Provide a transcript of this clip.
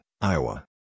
Iowa